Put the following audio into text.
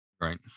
right